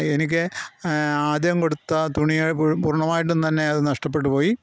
എനിക്ക് ആദ്യം കൊടുത്ത തുണിയെ പൂർണ്ണമായിട്ടും തന്നെ അത് നഷ്ട്ടപ്പെട്ടു പോയി